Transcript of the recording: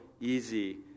easy